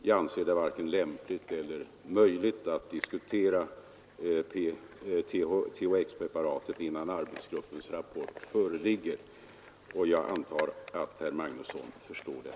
Jag anser det varken lämpligt eller möjligt att diskutera THX-preparatet innan arbetsgruppens rapport föreligger, och jag antar att herr Magnusson förstår det.